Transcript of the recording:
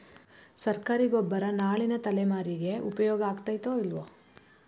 ಸರ್ಕಾರಿ ಗೊಬ್ಬರ ನಾಳಿನ ತಲೆಮಾರಿಗೆ ಉಪಯೋಗ ಆಗತೈತೋ, ಇಲ್ಲೋ?